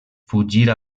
fugir